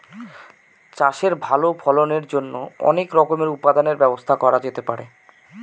চাষের ভালো ফলনের জন্য অনেক রকমের উৎপাদনের ব্যবস্থা করা যেতে পারে